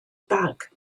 bag